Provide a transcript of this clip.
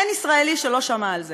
אין ישראלי שלא שמע על זה.